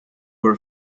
her